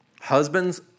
Husbands